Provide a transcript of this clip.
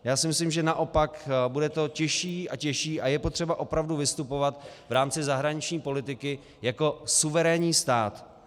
Já si myslím, že naopak, bude to těžší a těžší a je potřeba opravdu vystupovat v rámci zahraniční politiky jako suverénní stát.